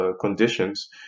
conditions